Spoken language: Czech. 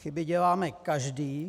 Chyby děláme každý.